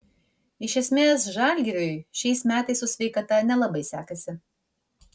iš esmės žalgiriui šiais metais su sveikata nelabai sekasi